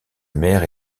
mère